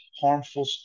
harmful